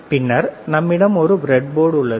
பின்னர் நம்மிடம் ஒரு பிரெட் போர்டு உள்ளது